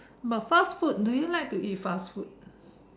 but fast food do you like to eat fast food